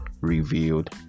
revealed